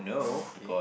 okay